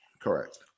Correct